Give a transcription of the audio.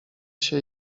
się